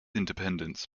independence